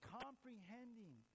comprehending